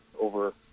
over